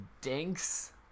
dinks